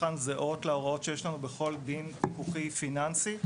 הצרכן הן זהות להוראות שיש לנו בכל דין פיקוחי פיננסי,